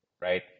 right